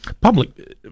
Public